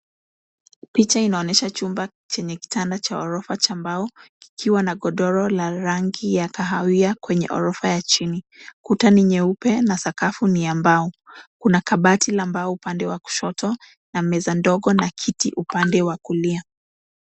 Picha inaonyesha chumba chenye kitanda cha ghorofa cha mbao kikiwa na godoro la rangi ya kahawia kwenye ghorofa la chini. Kuta ni nyeupe na sakafu ni ya mbao. Kuna kabati la mbao upande wa kushoto na meza ndogo na kiti upande wa kulia.